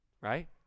right